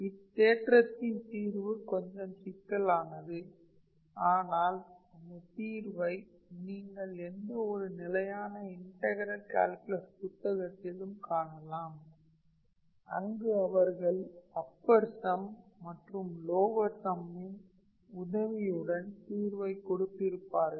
இத் தேற்றத்தின் தீர்வு கொஞ்சம் சிக்கலானது ஆனால் இதன் தீர்வை நீங்கள் எந்த ஒரு நிலையான இன்டகரல் கால்குலஸ் புத்தகத்திலும் காணலாம் அங்கு அவர்கள் அப்பர் சம் மற்றும் லோவர் சம்மின் உதவியுடன் தீர்வை கொடுத்திருப்பார்கள்